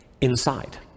inside